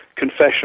confession